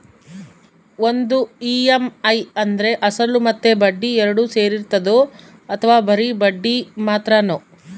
ಒಂದು ಇ.ಎಮ್.ಐ ಅಂದ್ರೆ ಅಸಲು ಮತ್ತೆ ಬಡ್ಡಿ ಎರಡು ಸೇರಿರ್ತದೋ ಅಥವಾ ಬರಿ ಬಡ್ಡಿ ಮಾತ್ರನೋ?